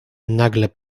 nagle